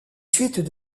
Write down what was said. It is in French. suites